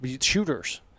shooters